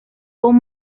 con